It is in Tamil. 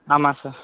ஆமாம் சார்